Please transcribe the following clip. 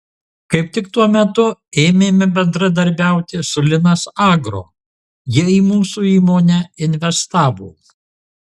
kaip tik tuo metu ėmėme bendradarbiauti su linas agro jie į mūsų įmonę investavo